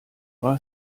war